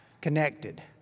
connected